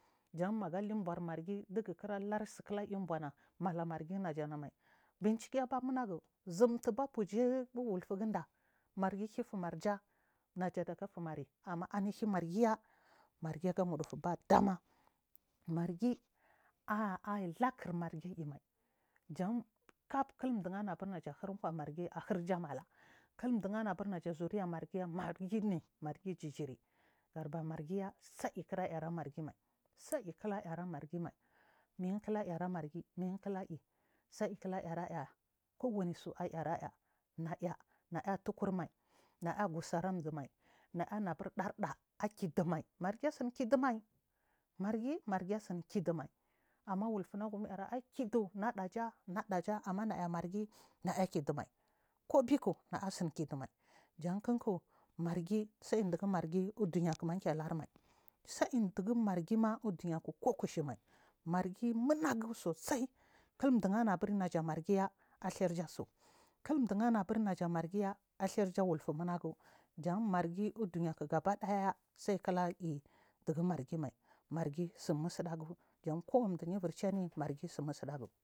Jan managa linbur margi dugukir alursi kira buna malamargin naganamai buncikefa muwagu zhuntuba kiyi wufigunda margi hhifumarja naja hufunan amma nilu margiya margi aga wudufi bad ama margi aimy lakur marga aniyima jan kabufu ɗu anabur najahu kiwa margi ahirja matar hija mala kum chamabur naja zuriya margiya margi jijir sakira iyi ara argimai saiy mulayara margimai sam mulaiyira margimai misfulh irmargi mi-fulai saifulaan aya kuwanisu aiyi aya raya naya turkurmai nayagu sara ɗumai niyanabar barda akiɗumai margi si kidumai margi margi asin kidumai amma wulfu wnaguar akidu naɗaja naɗaja amma naya margi akiɗumai kubur naya sinkivu mai jan kinku margi saiɗugu maargi uɗumiya kma kelurmai saiy ɗugu margi uɗumiyaku kokushumai mmargi mur nagu sosai kiuɗdunabur naja mar giya ashr jasu kil ɗu amabir naga margi ajarsa wulfu mumegu yas margi uɗunyak gaba ɗaya sai kila aga margi maim argi sunusuɗagu jan kowaniduma evi cemin margi tdunu musuɗagu.